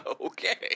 Okay